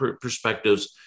perspectives